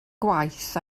gwaith